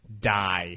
die